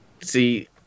see